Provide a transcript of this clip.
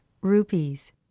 rupees